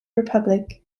republic